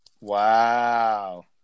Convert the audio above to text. Wow